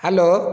hello